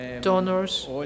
donors